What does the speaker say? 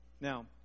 Now